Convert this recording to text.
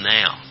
now